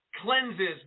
cleanses